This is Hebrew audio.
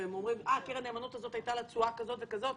והם אומרים לקרן הנאמנות הזאת הייתה תשואה כזאת וכזאת,